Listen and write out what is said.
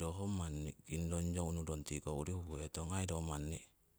roho manni kinronyo unurong tiko uri huwetong ai ro manni